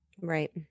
right